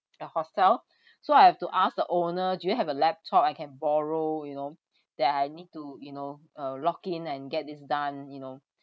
the hostel so I have to ask the owner do you have a laptop I can borrow you know that I need to you know uh log in and get this done you know